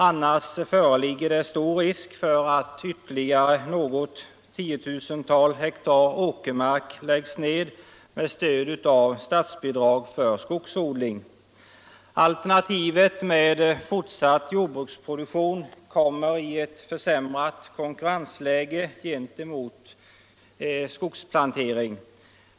Annars föreligger det stor risk för att ytterligare något tiotusental hektar åkermark läggs ned med stöd av statsbidrag för skogsodling. Alternativet med fortsatt jordbruksproduktion kommer i ett försämrat konkurrensläge gentemot skogsplantering.